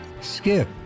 skip